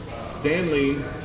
Stanley